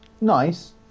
Nice